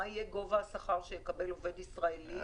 מה יהיה גובה השכר שיקבל עובד ישראלי?